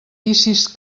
vicis